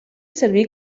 servir